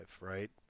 right